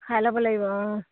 খাই ল'ব লাগিব অঁ